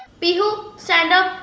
pihu. stand up